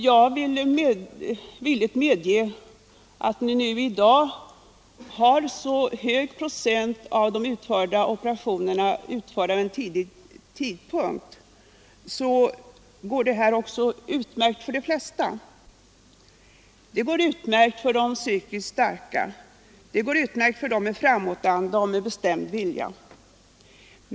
Jag skall villigt medge att när en så stor procent av operationerna i dag utförs tidigt, så går det utmärkt för de flesta. Det går utmärkt för de psykiskt starka, för dem som har framåtanda och en bestämd vilja.